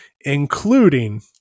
including